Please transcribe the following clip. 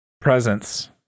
presence